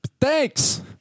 thanks